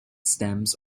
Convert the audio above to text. stems